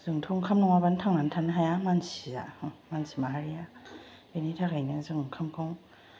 जोंथ' ओंखाम नङाब्लानो थांनानै थानो हाया मानसिआ मानसि माहारिआ बेनि थाखायनो जों ओंखामखौ